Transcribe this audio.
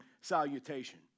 salutation